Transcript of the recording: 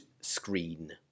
screen